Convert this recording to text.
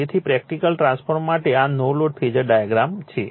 તેથી practical transformer માટે આ નો લોડ ફેઝર ડાયાગ્રામ છે